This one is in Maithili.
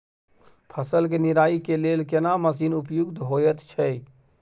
फसल के निराई के लेल केना मसीन उपयुक्त होयत छै?